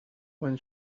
when